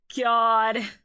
God